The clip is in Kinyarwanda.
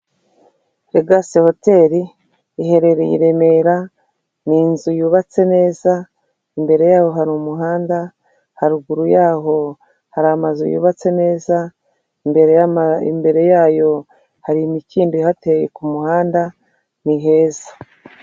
Legasi hoteri iherereye i Remera. Ni inzu yubatse neza, imbere yaho hari umuhanda, haruguru yaho hari amazu yubatse neza, imbere yayo hari imikindo ihateye ku muhanda, ni heza.